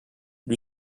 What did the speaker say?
lui